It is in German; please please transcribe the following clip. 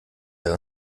bei